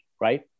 right